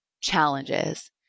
challenges